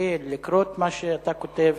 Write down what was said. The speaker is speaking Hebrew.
להתרגל לקרוא את מה שאתה כותב.